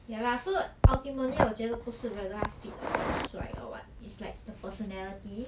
ya lah so ultimately 我觉得不是 whether 他 fit or what 帅 or what it's like the personality